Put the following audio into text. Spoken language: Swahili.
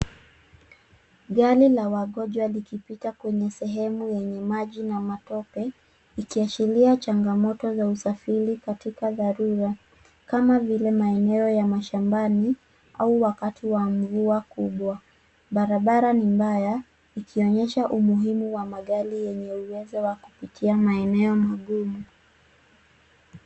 Gari la wagonjwa likipita kwenye sehemu yenye maji na matope ikiashiria changamoto za usafiri katika dharura kama vile maeneo ya mashambani au wakati wa mvua kubwa. Barabara ni mbaya ikionyesha umuhimu wa magari yenye uwezo wa kupitia maeneo magumu.